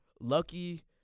Lucky